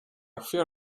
fear